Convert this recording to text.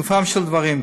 לגופם של דברים,